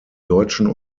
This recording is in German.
deutschen